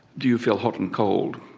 do you feel hot and cold,